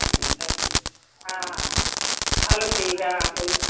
अच्छा हा हा हा हलो ठीकु आहे हा पोइ